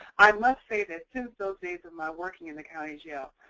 i must say that since those days of my working in the county jail,